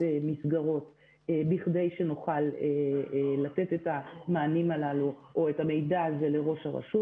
מסגרות כדי שנוכל לתת את המענים הללו או את המידע הזה לראש רשות.